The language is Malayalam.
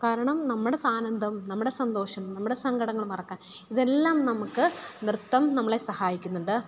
കാരണം നമ്മുടെ ആനന്ദം നമ്മുടെ സന്തോഷം നമ്മുടെ സങ്കടങ്ങൾ മറക്കാൻ ഇതെല്ലാം നമുക്ക് നൃത്തം നമ്മളെ സഹായിക്കുന്നുണ്ട്